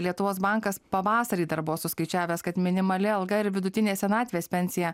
lietuvos bankas pavasarį dar buvo suskaičiavęs kad minimali alga ir vidutinė senatvės pensija